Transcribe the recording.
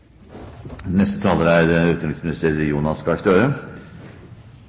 Neste taler er